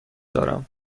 دارم